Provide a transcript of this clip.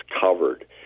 covered